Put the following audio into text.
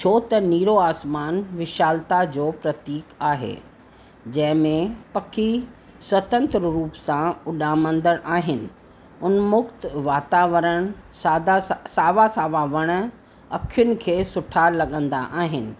छो त नीरो आसमान विशालता जो प्रतीक आहे जंहिंमें पखी स्वतंत्र रूप सां उॾामंदड़ आहिनि उनमुक्त वातावरण सादा सावा सावा वण अखियुनि खे सुठा लॻंदा आहिनि